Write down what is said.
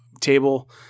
table